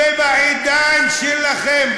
ובעידן שלכם,